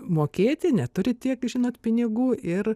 mokėti neturi tiek žinot pinigų ir